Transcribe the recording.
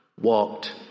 walked